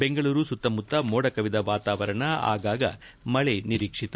ಬೆಂಗಳೂರು ಸುತ್ತಮುತ್ತ ಮೋಡ ಕವಿದ ವಾತಾವರಣ ಆಗಾಗ ಮಳೆ ನಿರೀಕ್ಷಿತ